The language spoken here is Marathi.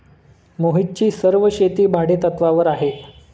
मोहितची सर्व शेती भाडेतत्वावर आहे